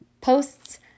posts